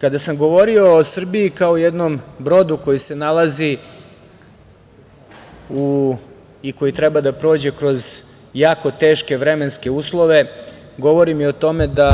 Kada sam govorio o Srbiji kao jednom brodu koji se nalazi i koji treba da prođe kroz jako teške vremenske uslove, govorim i o tome da